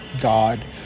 God